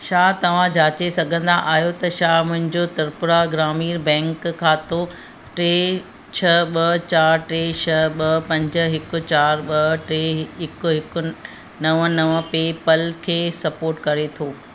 छा तव्हां जाचे सघंदा आहियो त छा मुंहिंजो त्रिपुरा ग्रामीण बैंक खातो टे छह ॿ चारि टे छह ॿ पंज हिकु चारि ॿ टे हिकु हिकु नव नव पेपल खे सपोर्ट करे थो